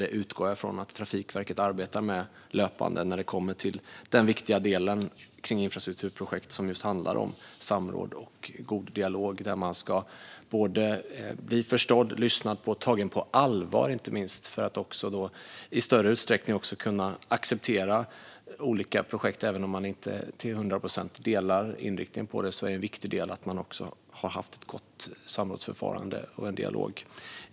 Jag utgår ifrån att Trafikverket löpande arbetar med detta när det gäller den viktiga del av infrastrukturprojekt som handlar om samråd och en god dialog. Man ska bli förstådd, lyssnad på och inte minst tagen på allvar så att man i större utsträckning kan acceptera olika projekt. Även om man inte till hundra procent delar inriktningen är en viktig del att man har haft ett gott samrådsförfarande och en god dialog.